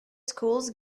schools